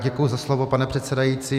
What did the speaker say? Děkuji za slovo, pane předsedající.